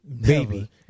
baby